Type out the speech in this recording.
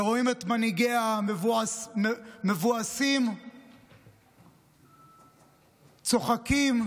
ורואים מבואסים את מנהיגי העם צוחקים,